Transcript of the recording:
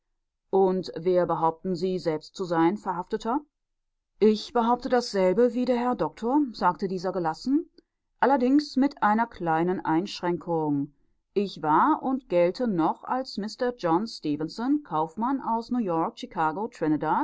und wer behaupten sie selbst zu sein verhafteter ich behaupte dasselbe wie der herr doktor sagte dieser gelassen allerdings mit einer kleinen einschränkung ich war und gelte noch als mister john stefenson kaufmann aus